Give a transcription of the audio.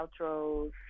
outros